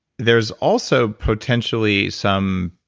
there's also potentially some.